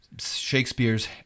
Shakespeare's